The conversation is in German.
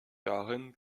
darin